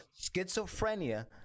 schizophrenia